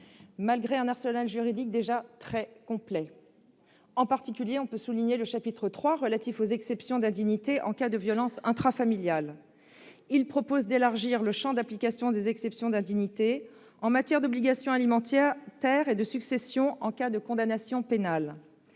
malgré un arsenal juridique déjà très complet. En particulier, on peut évoquer le chapitre III, relatif aux exceptions d'indignité en cas de violences intrafamiliales, qui prévoit d'élargir le champ d'application des exceptions d'indignité en matière d'obligation alimentaire et de succession en cas de condamnation pénale.